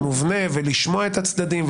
מובנה ולשמוע את הצדדים,